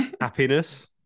Happiness